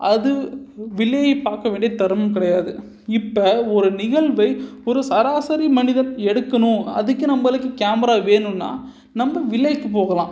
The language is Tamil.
அது விலை பார்க்கவேண்டிய தரமும் கிடையாது இப்போ ஒரு நிகழ்வை ஒரு சராசரி மனிதன் எடுக்கணும் அதுக்கு நம்மளுக்கு கேமரா வேணுன்னால் நம்ம விலைக்கு போகலாம்